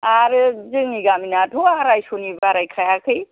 आरो जोंनि गामिनियाथ' आरायस'नि बारायखायाखै